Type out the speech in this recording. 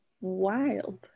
wild